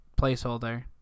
placeholder